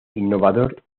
innovador